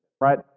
right